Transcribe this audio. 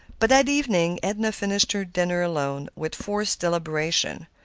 but that evening edna finished her dinner alone, with forced deliberation.